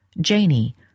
Janie